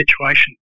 situation